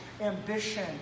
ambition